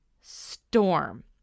storm